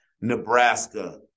Nebraska